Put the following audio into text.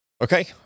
okay